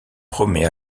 promet